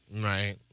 Right